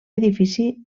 edifici